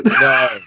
no